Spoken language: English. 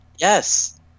Yes